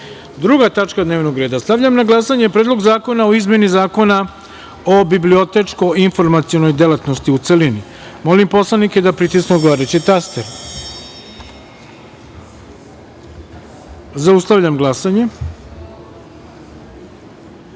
tačka dnevnog reda. Stavljam na glasanje - Predlog zakona o izmeni Zakona o bibliotečko-informacionoj delatnosti, u celini. Molim poslanike da pritisnu odgovarajući taster. Zaključujem glasanje: